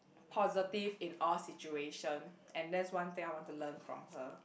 positive in all situation and that's one thing I want to learn from her